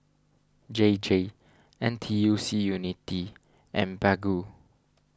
J J N T U C Unity and Baggu